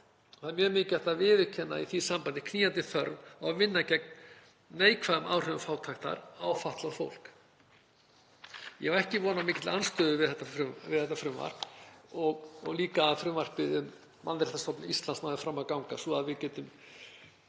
Það er mjög mikilvægt að viðurkenna í því sambandi knýjandi þörf á að vinna gegn neikvæðum áhrifum fátæktar á fatlað fólk. Ég á ekki von á mikilli andstöðu við þetta frumvarp og líka að frumvarpið um Mannréttindastofnun Íslands nái fram að ganga svo að við getum